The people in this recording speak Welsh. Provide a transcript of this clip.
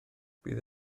bydd